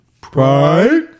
Pride